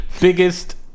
Biggest